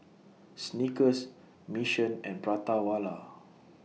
Snickers Mission and Prata Wala